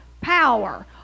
power